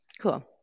Cool